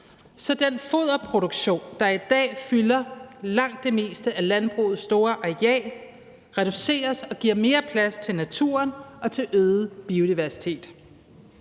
så den foderproduktion, der i dag fylder langt det meste af landbrugets store areal, reduceres og giver mere plads til naturen og til øget biodiversitet,